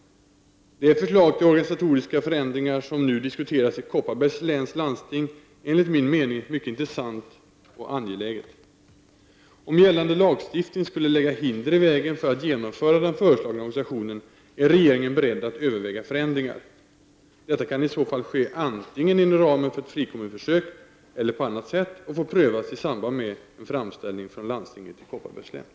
Det förslag till organisatoriska förändringar som nu diskuteras i Kopparbergs läns landsting är enligt min mening mycket intressant och angeläget. Om gällande lagstiftning skulle lägga hinder i vägen för ett genomförande av den föreslagna organisationen är regeringen beredd att överväga förändringar. Detta kan i så fall ske antingen inom ramen för ett frikommunförsök eller på annat sätt och får prövas i samband med en framställning från landstinget i Kopparbergs län.